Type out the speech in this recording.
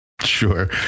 Sure